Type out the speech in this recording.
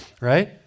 right